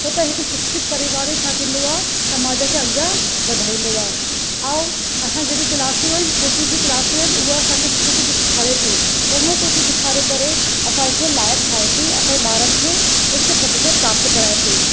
छो त हिकु शिक्षित परिवार छा थींदो आहे समाज खे अॻियां वधाईंदो आहे ऐं असां जेकी क्लासूं आहिनि जेकी बि क्लासूं आहिनि हूअं असांखे सुठो सुठो सेखारे थी चङो कुझु सेखारी करे असांखे लायक ठाहे थी असांजे ॿारनि खे उच्चा पद ते प्राप्त कराए थी